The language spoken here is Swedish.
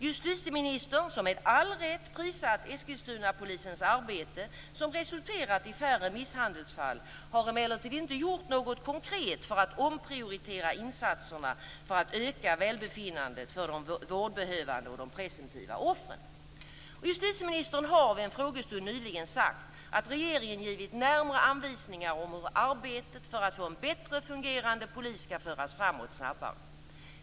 Justitieministern, som med all rätt prisat Eskilstunapolisens arbete vilket resulterat i färre misshandelsfall, har emellertid inte gjort något konkret för att omprioritera insatserna för att öka välbefinnandet för de vårdbehövande och de presumtiva offren. Justitieministern har vid en frågestund nyligen sagt att regeringen givit närmare anvisningar om hur arbetet för att få en bättre fungerande polis skall föras framåt snabbare.